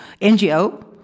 NGO